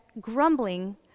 grumbling